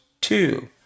two